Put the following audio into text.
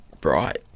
bright